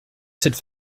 cette